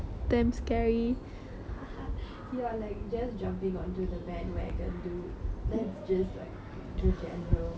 ha ha you're like you just jumping onto the bandwagon dude that's just like the general ya the public